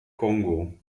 kongo